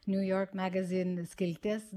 niujork megazin skiltis